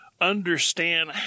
understand